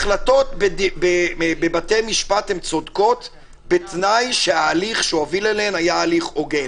החלטות בבתי המשפט הן צודקות בתנאי שההליך שהוביל אליהן היה הליך הוגן.